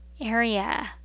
area